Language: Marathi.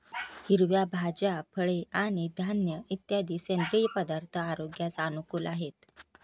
हिरव्या भाज्या, फळे आणि धान्य इत्यादी सेंद्रिय पदार्थ आरोग्यास अनुकूल आहेत